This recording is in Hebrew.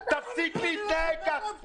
תפסיק להתנהג כך.